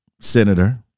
senator